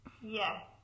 Yes